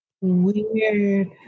Weird